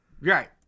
Right